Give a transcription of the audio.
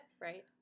Right